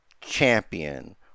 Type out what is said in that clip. champion